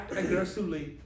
aggressively